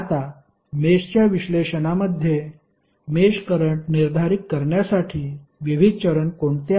आता मेषच्या विश्लेषणामध्ये मेष करंट निर्धारित करण्यासाठी विविध चरण कोणते आहेत